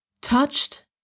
touched